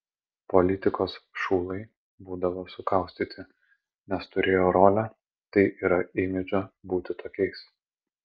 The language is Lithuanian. politikos šulai būdavo sukaustyti nes turėjo rolę tai yra imidžą būti tokiais